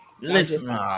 Listen